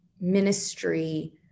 ministry